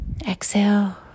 Exhale